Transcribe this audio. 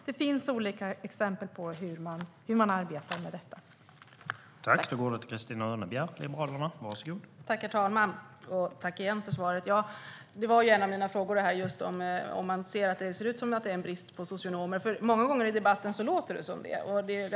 Det finns olika exempel på hur man arbetar med dessa frågor.